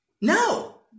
No